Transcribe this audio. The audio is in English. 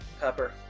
Pepper